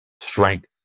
strength